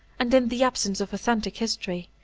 and, in the absence of authentic history,